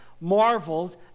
marveled